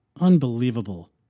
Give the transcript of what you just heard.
Unbelievable